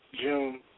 June